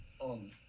on